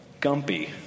Gumpy